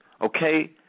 Okay